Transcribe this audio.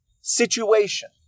situation